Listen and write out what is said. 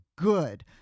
Good